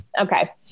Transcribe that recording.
Okay